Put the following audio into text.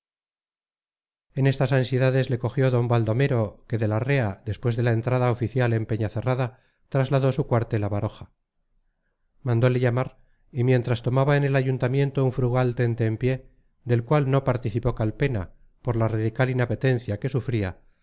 en estas ansiedades le cogió d baldomero que de larrea después de la entrada oficial en peñacerrada trasladó su cuartel a baroja mandole llamar y mientras tomaba en el ayuntamiento un frugal tente en pie del cual no participó calpena por la radical inapetencia que sufría